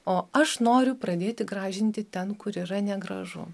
o aš noriu pradėti gražinti ten kur yra negražu